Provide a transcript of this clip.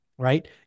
Right